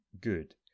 good